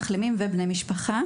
למחלימים ולבני משפחה,